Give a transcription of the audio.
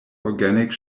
organic